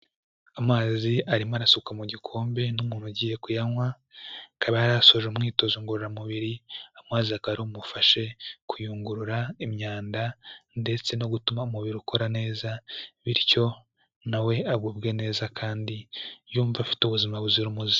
Amazi arimo arasukwa mu gikombe n'umuntu ugiye kuyanywa, akaba yari asoje umwitozo ngororamubiri, amazi akaba ari bumufashe kuyungurura imyanda ndetse no gutuma umubiri ukora neza, bityo na we agubwe neza kandi yumva afite ubuzima buzira umuze.